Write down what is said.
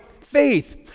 faith